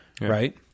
right